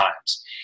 times